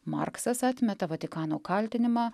marksas atmeta vatikano kaltinimą